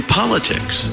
politics